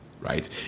right